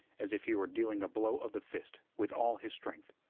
as if he were dealing a blow of the fist with all his strength.